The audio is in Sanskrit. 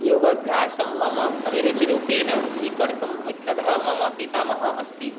योगाभ्यासं मम अभिरुचिरूपेण स्वीकर्तुं मुख्यतः मम पितामहः अस्ति